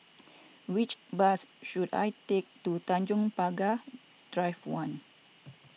which bus should I take to Tanjong Pagar Drive one